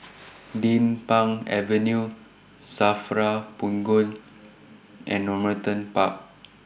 Din Pang Avenue SAFRA Punggol and Normanton Park